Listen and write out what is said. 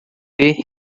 ter